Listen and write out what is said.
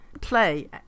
Play